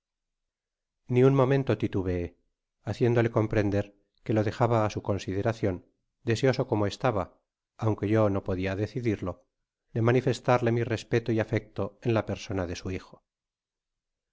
ni un momento titubeé haciéndole comprender que lo dejaba á su consideracion deseoso como estaba aunque yo no podia decidirlo de manifestarle mi respeto y afecto en la persona de su hijo